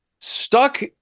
stuck